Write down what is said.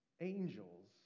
angels